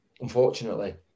unfortunately